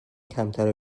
کمتر